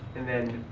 and then,